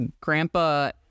grandpa